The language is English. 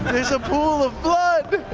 there's a pool of blood!